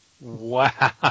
Wow